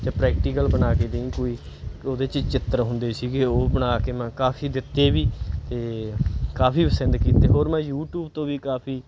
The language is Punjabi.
ਜਾਂ ਪ੍ਰੈਕਟੀਕਲ ਬਣਾ ਕੇ ਦੇਈਂ ਕੋਈ ਉਹਦੇ 'ਚ ਚਿੱਤਰ ਹੁੰਦੇ ਸੀਗੇ ਉਹ ਬਣਾ ਕੇ ਮੈਂ ਕਾਫੀ ਦਿੱਤੇ ਵੀ ਅਤੇ ਕਾਫੀ ਪਸੰਦ ਕੀਤੇ ਹੋਰ ਮੈਂ ਯੂਟੀਊਬ ਤੋਂ ਵੀ ਕਾਫੀ